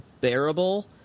bearable